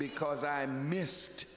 because i missed